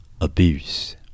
abuse